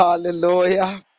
Hallelujah